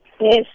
Yes